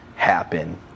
happen